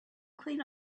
clean